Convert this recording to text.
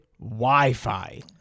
Wi-Fi